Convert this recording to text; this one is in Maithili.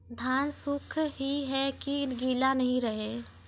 धान सुख ही है की गीला नहीं रहे?